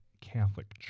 catholic